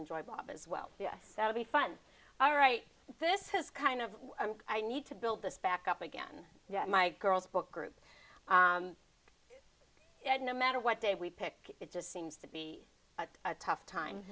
enjoy bob as well yes that would be fun all right this has kind of i need to build this back up again yet my girls book group had no matter what day we pick it just seems to be a tough time